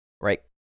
right